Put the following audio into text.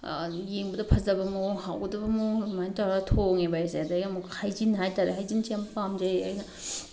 ꯌꯦꯡꯕꯗ ꯐꯖꯕ ꯃꯑꯣꯡ ꯍꯥꯎꯒꯗꯕ ꯃꯑꯣꯡꯗ ꯑꯗꯨꯃꯥꯏꯅ ꯇꯧꯔꯒ ꯊꯣꯡꯉꯦꯕ ꯑꯩꯁꯦ ꯑꯗꯩ ꯑꯃꯨꯛ ꯍꯩꯖꯤꯟ ꯍꯥꯏꯇꯥꯔꯦ ꯍꯩꯖꯤꯟꯁꯦ ꯌꯥꯝ ꯄꯥꯝꯖꯩ ꯑꯩꯅ